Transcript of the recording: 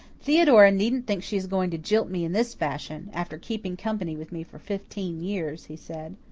theodora needn't think she is going to jilt me in this fashion, after keeping company with me for fifteen years, he said.